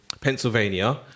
Pennsylvania